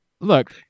Look